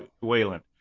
Wayland